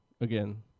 again